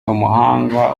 umuhanga